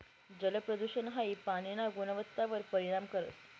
जलप्रदूषण हाई पाणीना गुणवत्तावर परिणाम करस